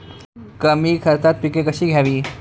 कमी खर्चात पिके कशी घ्यावी?